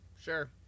Sure